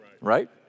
right